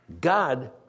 God